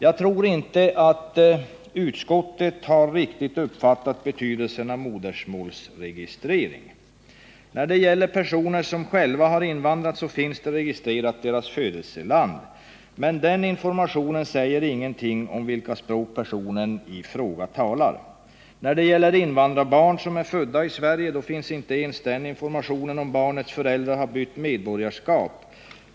Jag tror inte att utskottet riktigt har uppfattat betydelsen av modersmålsregistrering. När det gäller personer som själva har invandrat har födelselandet registrerats, men den informationen säger ingenting om vilket språk personen i fråga talar. Beträffande invandrarbarn som är födda i Sverige finns inte ens information om huruvida barnets föräldrar har bytt medborgarskap.